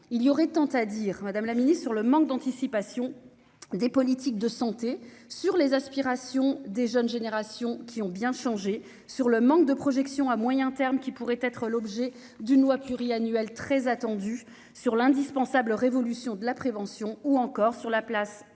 il y aurait tant à dire Madame la Ministre, sur le manque d'anticipation des politiques de santé sur les aspirations des jeunes générations qui ont bien changé sur le manque de projections à moyen terme qui pourrait être l'objet d'une loi pluriannuelle très attendu sur l'indispensable révolution de la prévention ou encore sur la place